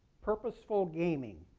purposeful gaming,